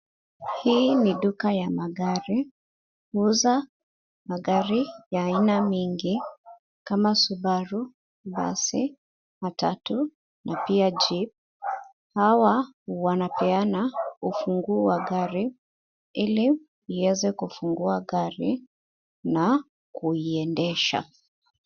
Hii ni duka ya magari. Huuza magari ya aina mingi kama Subaru, basi, matatu na pia Jeep. Hawa wanapeana ufunguo wa gari ili iweze kufungua gari na kuiendesha.